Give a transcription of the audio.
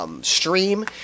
Stream